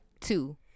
two